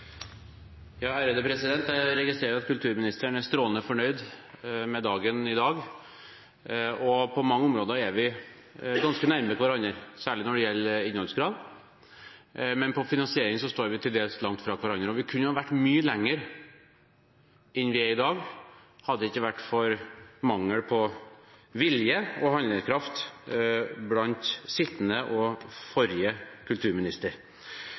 fornøyd med dagen i dag, og på mange områder er vi ganske nærme hverandre, særlig når det gjelder innholdskrav. Men på finansiering står vi til dels langt fra hverandre, og vi kunne ha kommet mye lenger enn vi er i dag hadde det ikke vært for mangel på vilje og handlekraft hos sittende og forrige kulturminister.